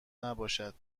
نباشند